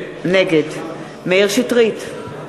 נגד מאיר שטרית,